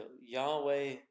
Yahweh